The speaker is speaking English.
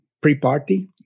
pre-party